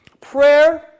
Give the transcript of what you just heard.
Prayer